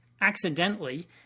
accidentally